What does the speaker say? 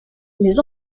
les